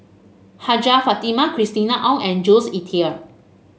Hajjah Fatimah Christina Ong and Jules Itier